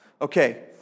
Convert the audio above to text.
Okay